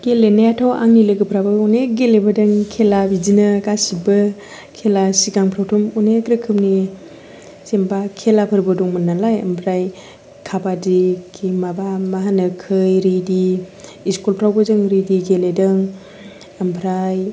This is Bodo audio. गेलेनायाथ' आंनि लोगोफ्राबो अनेक गेलेबोदों खेला बिदिनो गासिबो खेला सिगांफ्रावथ' अनेक रोखोमनि जेनावबा खेलाफोरबो दंमोन नालाय ओमफ्राय काबादि खि माबा मा होनो खै रेदि इसकुलफ्रावबो जों रेदि गेलेदों ओमफ्राय